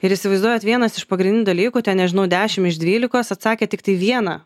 ir įsivaizduojat vienas iš pagrindinių dalykų ten nežinau dešim iš dvylikos atsakė tiktai vieną